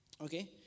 okay